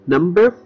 Number